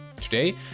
Today